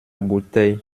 bouteille